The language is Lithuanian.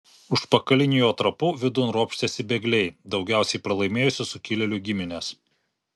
užpakaliniu jo trapu vidun ropštėsi bėgliai daugiausiai pralaimėjusių sukilėlių giminės